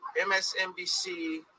msnbc